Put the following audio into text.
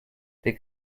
des